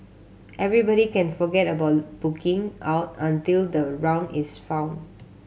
everybody can forget about booking out until the round is found